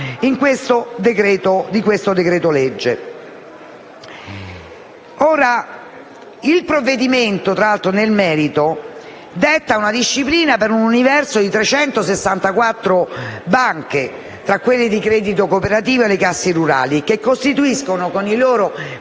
Il provvedimento, nel merito, detta una disciplina per un universo di 364 banche, tra quelle di credito cooperativo e le casse rurali, che costituiscono (con i loro 4.403